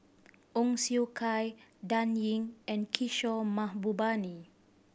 Ong Siong Kai Dan Ying and Kishore Mahbubani